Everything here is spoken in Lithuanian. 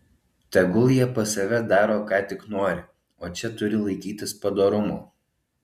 tegul jie pas save daro ką tik nori o čia turi laikytis padorumo